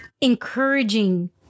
encouraging